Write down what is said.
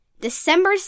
December